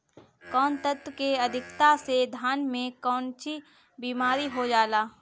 कौन तत्व के अधिकता से धान में कोनची बीमारी हो जाला?